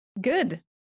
good